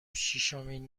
شیشمین